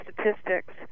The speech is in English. statistics